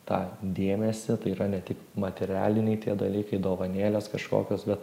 tą dėmesį tai yra ne tik materialiniai tie dalykai dovanėlės kažkokios bet